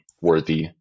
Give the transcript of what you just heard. worthy